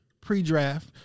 pre-draft